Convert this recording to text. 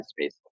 space